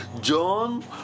John